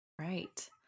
Right